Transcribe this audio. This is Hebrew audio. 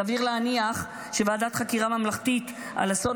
סביר להניח שוועדת חקירה ממלכתית על אסון